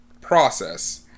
process